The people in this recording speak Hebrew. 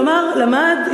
כלומר למד,